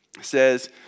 says